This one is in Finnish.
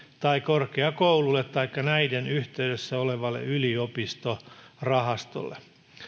tai korkeakoululle taikka näiden yhteydessä olevalle yliopistorahastolle